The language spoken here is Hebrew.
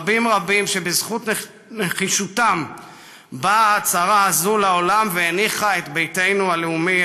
רבים רבים שבזכות נחישותם באה ההצהרה הזו לעולם והניחה את ביתנו הלאומי,